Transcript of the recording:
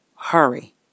hurry